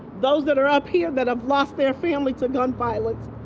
those that are up here that have lost their family to gun violence.